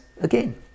again